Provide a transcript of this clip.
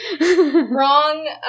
Wrong